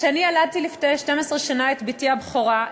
כשאני ילדתי לפני 12 שנה את בתי הבכורה,